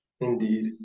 Indeed